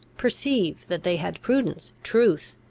perceive that they had prudence, truth,